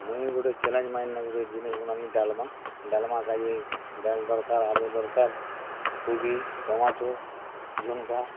ମୁଇଁ ଗୁଟେ ଚେଲେଞ୍ଜ୍ ମାରିକିନା ଗୁଟେ ଜିନିଷ୍ ବନାଲି ଡାଲ୍ମା ଡାଲ୍ମା କା'ଯେ ଡାଏଲ୍ ଦରକାର୍ ଆଲୁ ଦରକାର୍ କୁବି ଟମାଟୋ ଝୁନ୍ଗା